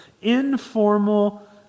informal